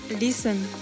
listen